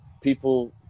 people